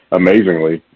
amazingly